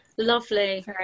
Lovely